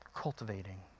cultivating